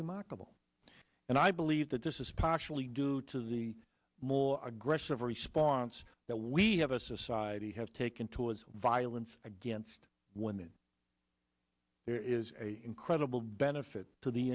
remarkable and i believe that this is partially due to the more aggressive response that we have a society have taken towards violence against women there is a incredible benefit to the